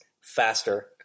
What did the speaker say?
faster